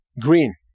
green